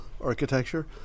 architecture